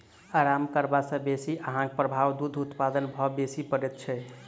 आराम करबा सॅ बेसी आहारक प्रभाव दूध उत्पादन पर बेसी पड़ैत छै